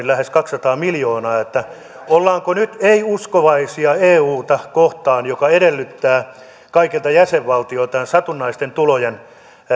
lähes kaksisataa miljoonaa ollaanko nyt ei uskovaisia euta kohtaan joka edellyttää kaikilta jäsenvaltioiltaan satunnaisten tulojen